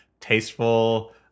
tasteful